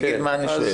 אני אגיד מה אני שואל.